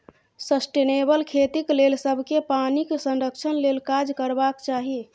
sustainable खेतीक लेल सबकेँ पानिक संरक्षण लेल काज करबाक चाही